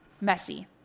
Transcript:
messy